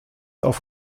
auf